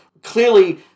Clearly